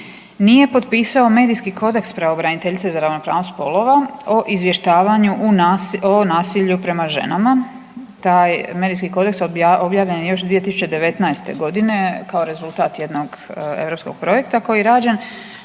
nije potpisao Medijski kodeks pravobraniteljice za ravnopravnost spolova o izvještavanju o nasilju prema ženama, taj medijski kodeks je obavljen je još 2019. g. kao rezultat jednog europskog projekta koji je rađen,